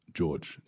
George